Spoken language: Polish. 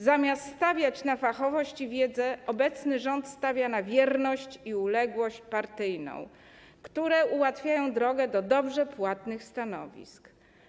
Zamiast stawiać na fachowość i wiedzę obecny rząd stawia na wierność i uległość partyjną, które ułatwiają drogę do dobrze płatnych stanowisk.